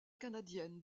canadienne